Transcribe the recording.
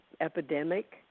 epidemic